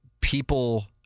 people